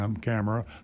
camera